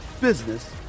business